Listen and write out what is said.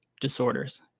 disorders